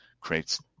creates